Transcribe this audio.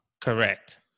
Correct